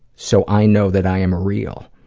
so i know that i am real.